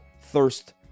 thirst